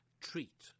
treat